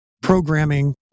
programming